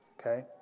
Okay